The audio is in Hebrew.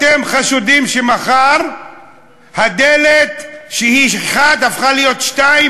אתם חשודים שמחר הדלת שהיא אחת הפכה להיות שתיים,